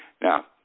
Now